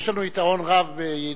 זה מה שאני יכול לבשר לכם.